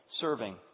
serving